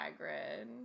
Hagrid